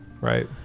Right